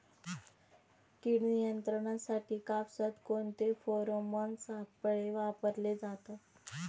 कीड नियंत्रणासाठी कापसात कोणते फेरोमोन सापळे वापरले जातात?